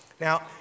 Now